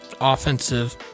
offensive